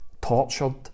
tortured